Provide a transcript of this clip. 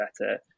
better